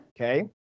okay